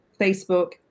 Facebook